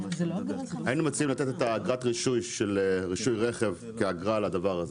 היינו מציעים לתת את אגרת הרישוי של רישוי רכב כאגרה לדבר הזה.